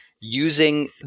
using